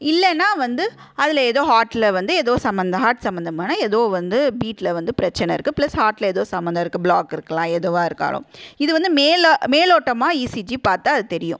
இல்லைன்னா வந்து அதில் ஏதோ ஹாட்ல வந்து ஏதோ சம்மந்தம் ஹாட் சம்மந்தமான ஏதோ வந்து பீட்ல வந்து பிரச்சனை இருக்குது ப்ளஸ் ஹாட்ல ஏதோ சம்மந்தம் இருக்குது ப்ளாக் இருக்கலாம் எதுவா இருக்காலாம் இது வந்து மேலே மேலோட்டமாக இசிஜி பார்த்தா அது தெரியும்